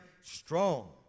strong